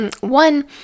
One